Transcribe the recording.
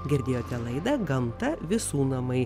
girdėjote laidą gamta visų namai